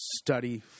study